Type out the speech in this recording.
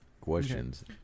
questions